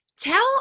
Tell